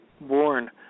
born